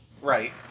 right